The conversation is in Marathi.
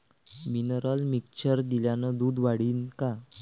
मिनरल मिक्चर दिल्यानं दूध वाढीनं का?